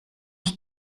ich